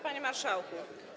Panie Marszałku!